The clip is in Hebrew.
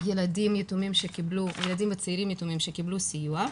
ילדים וצעירים יתומים שקיבלו סיוע,